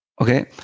okay